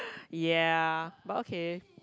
ya but okay